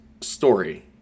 story